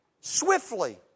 swiftly